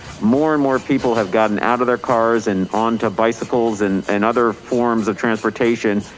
more and more people have gotten out of their cars and onto bicycles and and other forms of transportation.